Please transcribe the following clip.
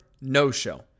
no-show